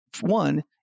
one